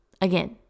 Again